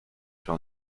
sur